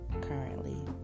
currently